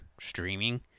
streaming